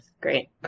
Great